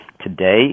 Today